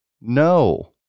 No